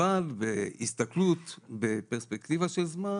אבל בהסתכלות בפרספקטיבה של זמן